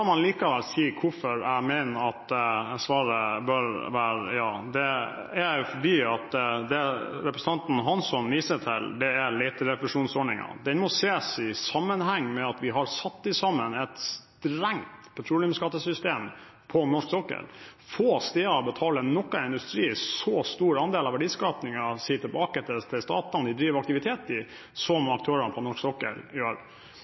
likevel si hvorfor jeg mener at svaret bør være ja. Det som representanten Hansson viser til, er leterefusjonsordningen. Den må ses i sammenheng med at vi har satt sammen et strengt petroleumsskattesystem på norsk sokkel. Få andre steder betaler noen industri en så stor andel av verdiskapingen sin tilbake til statene de driver med aktivitet i, som aktørene på norsk sokkel gjør.